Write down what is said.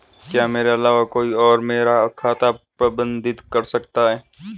क्या मेरे अलावा कोई और मेरा खाता प्रबंधित कर सकता है?